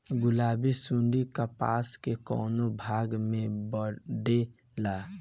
गुलाबी सुंडी कपास के कौने भाग में बैठे ला?